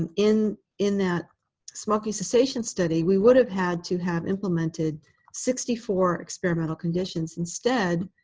and in in that smoking cessation study, we would have had to have implemented sixty four experimental conditions. instead,